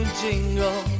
jingle